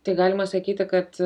tai galima sakyti kad